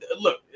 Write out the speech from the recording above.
look